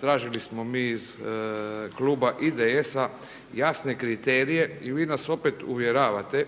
tražili smo mi iz kluba IDS-a jasne kriterije i vi nas opet uvjeravate